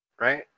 Right